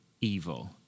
evil